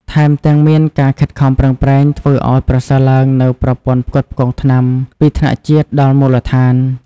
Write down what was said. ថែមទាំងមានការខិតខំប្រឹងប្រែងធ្វើឱ្យប្រសើរឡើងនូវប្រព័ន្ធផ្គត់ផ្គង់ថ្នាំ ពីថ្នាក់ជាតិដល់មូលដ្ឋាន។